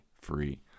free